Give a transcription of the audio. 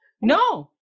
No